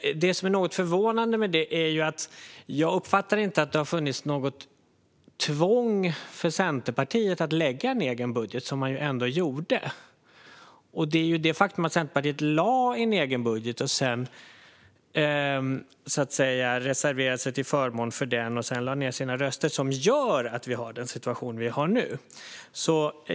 Det som är något förvånande med det är att jag inte uppfattade att det har funnits något tvång för Centerpartiet att lägga fram en egen budget, som man ju ändå gjorde. Det är det faktum att Centerpartiet lade fram en egen budget, sedan reserverade sig till förmån för den och därefter lade ned sina röster som gör att vi har den situation vi har nu.